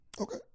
Okay